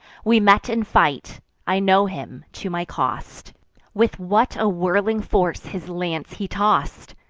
we met in fight i know him, to my cost with what a whirling force his lance he toss'd!